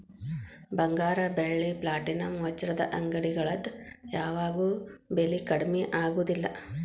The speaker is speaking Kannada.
ಬಂಗಾರ ಬೆಳ್ಳಿ ಪ್ಲಾಟಿನಂ ವಜ್ರದ ಅಂಗಡಿಗಳದ್ ಯಾವಾಗೂ ಬೆಲಿ ಕಡ್ಮಿ ಆಗುದಿಲ್ಲ